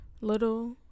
little